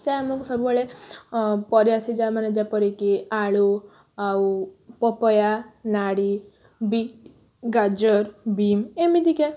ସେ ଆମକୁ ସବୁବେଳେ ପରିବା ସିଝା ମାନେ ଯେପରିକି ଆଳୁ ଆଉ ପପେୟା ନାଡ଼ି ବିଟ୍ ଗାଜର ବିମ୍ ଏମିତିକା